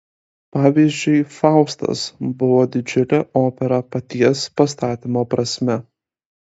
pavyzdžiui faustas buvo didžiulė opera paties pastatymo prasme